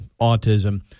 autism